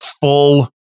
full